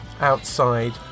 outside